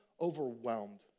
Overwhelmed